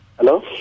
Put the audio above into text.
Hello